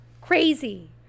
Crazy